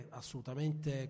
assolutamente